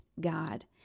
God